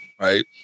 right